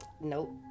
Nope